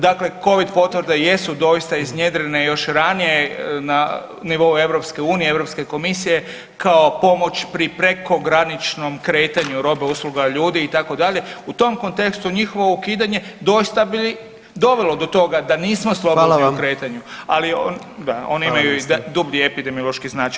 Dakle, covid potvrde jesu doista iznjedrene još ranije na nivou EU, Europske komisije kao pomoć pri prekograničnom kretanju roba, usluga, ljudi itd. u tom kontekstu njihovo ukidanje doista bi dovelo do toga da nismo slobodni u kretanju [[Upadica predsjednik: Hvala vam.]] ali da, oni imaju i dublji epidemiološki značaj.